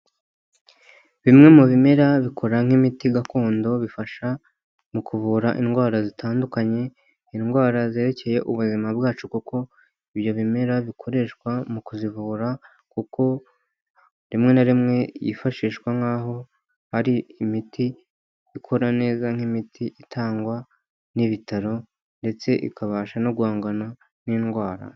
Bimwe mu bimera bikora nk'imiti gakondo bifasha mu kuvura indwara zitandukanye indwara zerekeye ubuzima bwacu kuko ibyo bimera bikoreshwa mu kuzivura, kuko rimwe na rimwe yifashishwa nk'aho hari imiti ikora neza nk'imiti itangwa n'ibitaro ndetse ikabasha no guhangana n'indwara.